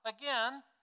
again